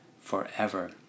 forever